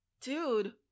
dude